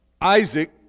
isaac